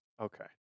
Okay